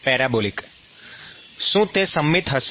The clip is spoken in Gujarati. પેરાબોલિક શું તે સંમિત હશે